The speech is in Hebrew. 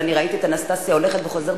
ואני ראיתי את אנסטסיה הולכת וחוזרת,